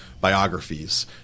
biographies